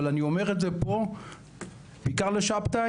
אבל אני אומר את זה פה בעיקר לשבתאי.